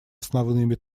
основными